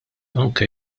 anke